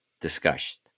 discussed